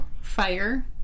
Fire